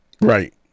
Right